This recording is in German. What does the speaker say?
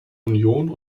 union